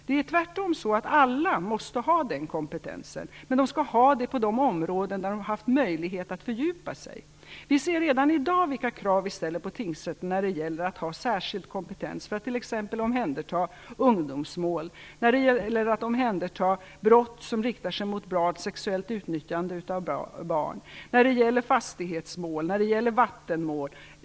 Det är tvärtom så att alla måste ha den kompetensen. Men de skall ha det på de områden där de haft möjlighet att fördjupa sig. Vi ser redan i dag vilka krav vi ställer på tingsrätter när det gäller att ha särskild kompetens för att t.ex. handlägga ungdomsmål, brott som innebär sexuellt utnyttjande av barn, fastighetsmål eller vattenmål.